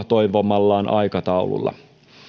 toivomallaan aikataululla